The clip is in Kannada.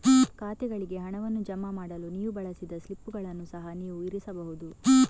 ಖಾತೆಗಳಿಗೆ ಹಣವನ್ನು ಜಮಾ ಮಾಡಲು ನೀವು ಬಳಸಿದ ಸ್ಲಿಪ್ಪುಗಳನ್ನು ಸಹ ನೀವು ಇರಿಸಬಹುದು